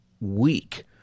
weak